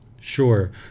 Sure